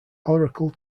oracle